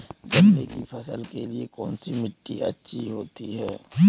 गन्ने की फसल के लिए कौनसी मिट्टी अच्छी होती है?